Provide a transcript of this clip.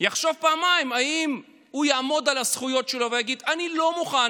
יחשוב פעמיים אם הוא יעמוד על הזכויות שלו ויגיד: אני לא מוכן